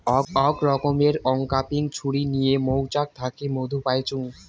আক রকমের অংক্যাপিং ছুরি নিয়ে মৌচাক থাকি মধু পাইচুঙ